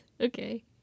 Okay